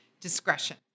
discretion